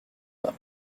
pas